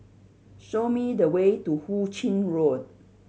show me the way to Hu Ching Road